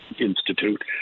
Institute